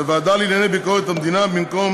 בוועדה לענייני ביקורת המדינה: במקום